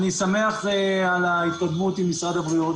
אני שמח על ההתקדמות עם משרד הבריאות,